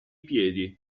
piedi